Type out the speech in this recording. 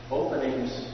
openings